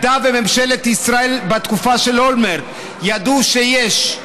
וממשלת ישראל בתקופה של אולמרט ידעה שיש,